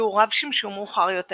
תיאוריו שימשו מאוחר יותר